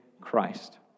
Christ